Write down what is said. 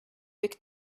big